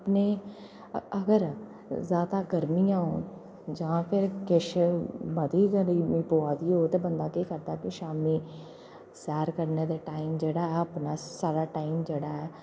अपने अगर ज्यादा गरमियां होन जां फिर किश मती गै गरमी प'वा दी होग ते बंदा केह् करदा कि शामीं सैर करने दे टाईम जेह्ड़ा ऐ अपना सारा टाईम जेह्ड़ा ऐ